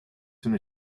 soon